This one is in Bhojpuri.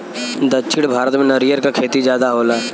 दक्षिण भारत में नरियर क खेती जादा होला